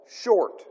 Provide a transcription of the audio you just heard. short